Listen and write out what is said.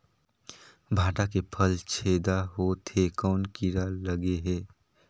भांटा के फल छेदा होत हे कौन कीरा लगे हे?